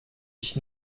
ich